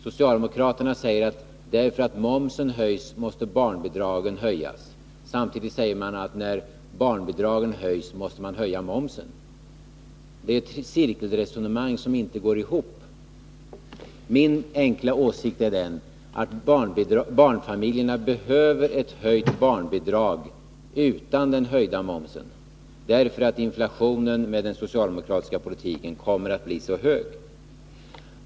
Socialdemokraterna säger att om momsen höjs, måste också barnbidragen höjas. Samtidigt säger de att när barnbidragen höjs, måste momsen höjas. Det är ju ett cirkelresonemang. Min enkla åsikt är den att barnfamiljerna behöver en höjning av barnbidraget utan en höjning av momsen, eftersom inflationen kommer att bli så hög till följd av den socialdemokratiska politiken.